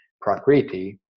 prakriti